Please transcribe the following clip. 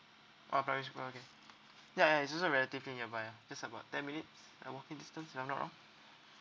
oh primary school okay ya ya it's just relatively nearby ah just about ten minutes of walking distance around the route